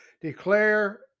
declare